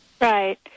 Right